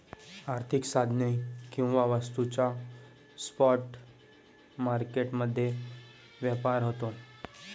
आर्थिक साधने किंवा वस्तूंचा स्पॉट मार्केट मध्ये व्यापार होतो